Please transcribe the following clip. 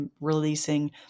releasing